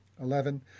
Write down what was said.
Eleven